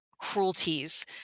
cruelties